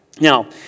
Now